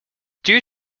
due